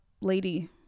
lady